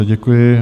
Děkuji.